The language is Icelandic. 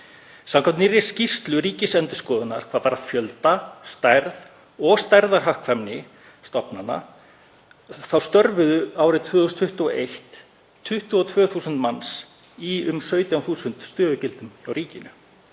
Samkvæmt nýrri skýrslu Ríkisendurskoðunar, hvað varðar fjölda, stærð og stærðarhagkvæmni stofnana, störfuðu árið 2021 22.000 manns í um 17.000 stöðugildum hjá ríkinu.